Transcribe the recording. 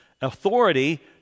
authority